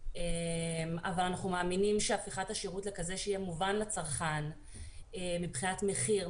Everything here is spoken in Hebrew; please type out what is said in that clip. אבל אנחנו מאמינים שהפיכת השירות לכזה שיהיה מובן לצרכן מבחינת מחיר,